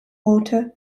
water